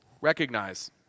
Recognize